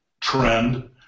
trend